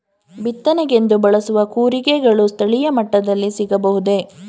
ಬಿತ್ತನೆಗೆಂದು ಬಳಸುವ ಕೂರಿಗೆಗಳು ಸ್ಥಳೀಯ ಮಟ್ಟದಲ್ಲಿ ಸಿಗಬಹುದೇ?